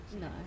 No